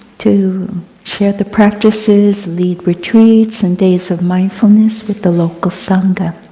to share the practices, lead retreats and days of mindfulness with the local sangha.